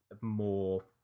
more